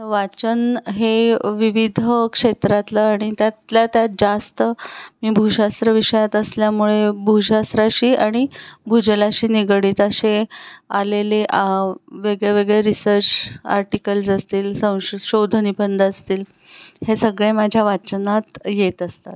वाचन हे विविध क्षेत्रातलं आणि त्यातल्या त्यात जास्त मी भूशास्त्र विषयात असल्यामुळे भूशास्त्राशी आणि भुजलाशी निगडीत असे आलेले वेगळे वेगळे रिसर्च आर्टिकल्स असतील सं शोधनिबंध असतील हे सगळे माझ्या वाचनात येत असतात